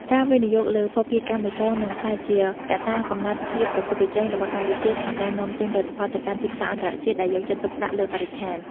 ការវិនិយោគលើ "ភស្តុភារកម្មបៃតង" នឹងក្លាយជាកត្តាកំណត់ភាពប្រកួតប្រជែងរបស់កម្ពុជា ក្នុងការនាំចេញផលិតផលទៅកាន់ទីផ្សារអន្តរជាតិដែលយកចិត្តទុកដាក់លើបរិស្ថាន។